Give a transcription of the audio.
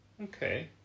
okay